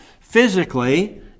physically